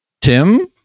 Tim